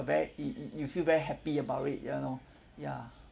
very y~ y~ you feel very happy about it you know ya